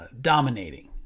dominating